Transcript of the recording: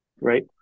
Right